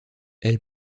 elle